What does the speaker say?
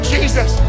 Jesus